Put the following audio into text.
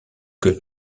que